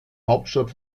hauptstadt